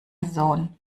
sohn